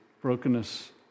brokenness